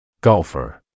Golfer